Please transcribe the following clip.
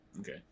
okay